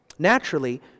Naturally